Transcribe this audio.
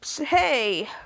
hey